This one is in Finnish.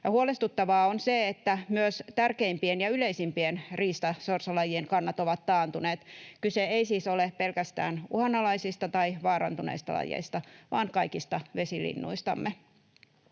Huolestuttavaa on se, että myös tärkeimpien ja yleisimpien riistasorsalajien kannat ovat taantuneet. Kyse ei siis ole pelkästään uhanalaisista tai vaarantuneista lajeista vaan kaikista vesilinnuistamme.